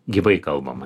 gyvai kalbama